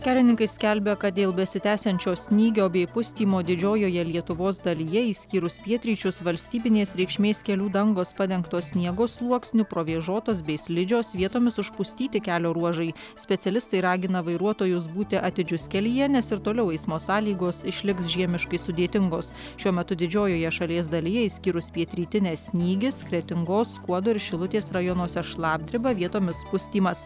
kelininkai skelbia kad dėl besitęsiančio snygio bei pustymo didžiojoje lietuvos dalyje išskyrus pietryčius valstybinės reikšmės kelių dangos padengtos sniego sluoksniu provėžotos bei slidžios vietomis užpustyti kelio ruožai specialistai ragina vairuotojus būti atidžius kelyje nes ir toliau eismo sąlygos išliks žiemiškai sudėtingos šiuo metu didžiojoje šalies dalyje išskyrus pietrytinę snygis kretingos skuodo ir šilutės rajonuose šlapdriba vietomis pustymas